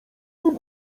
nim